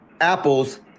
Apple's